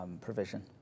provision